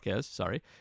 sorry